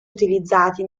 utilizzati